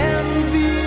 Envy